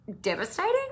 devastating